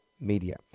media